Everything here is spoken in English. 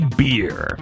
beer